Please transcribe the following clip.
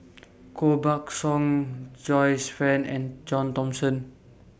Koh Buck Song Joyce fan and John Thomson